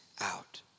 out